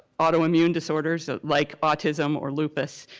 autoimmune disorders, like autism or lupus,